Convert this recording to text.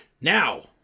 now